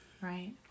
Right